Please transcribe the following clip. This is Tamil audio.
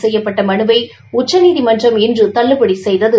செய்யப்பட்ட மனுவை உச்சநீதிமன்றம் இன்று தள்ளுபடி செய்தது